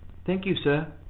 thank you, sir,